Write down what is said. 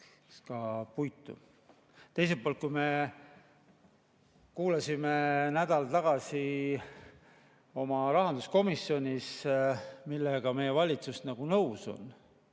Teiselt poolt, kui me kuulasime nädal tagasi rahanduskomisjonis, millega meie valitsus nagu nõus on